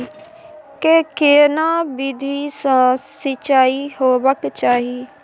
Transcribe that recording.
के केना विधी सॅ सिंचाई होबाक चाही?